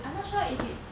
I'm not sure if it's